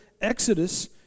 Exodus